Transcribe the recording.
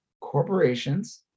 corporations